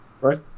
Right